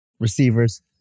Receivers